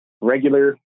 regular